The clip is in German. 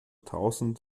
tausend